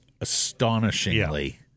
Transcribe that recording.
astonishingly